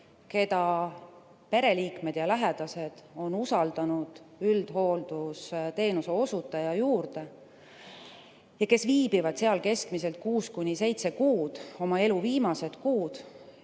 keda pereliikmed ja lähedased on usaldanud üldhooldusteenuse osutaja juurde ja kes viibivad seal keskmiselt 6–7 kuud, oma elu viimased kuud,